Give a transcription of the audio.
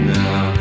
now